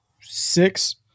six